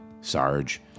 Sarge